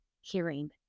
hearing